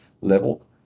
level